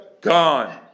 gone